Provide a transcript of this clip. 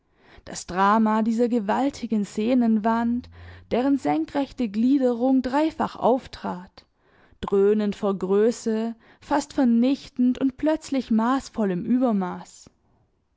das drama dieser gewaltigen szenenwand deren senkrechte gliederung dreifach auftrat dröhnend vor größe fast vernichtend und plötzlich maßvoll im übermaß